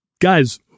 Guys